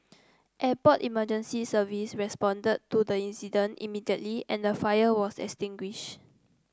Airport Emergency Service responded to the incident immediately and the fire was extinguished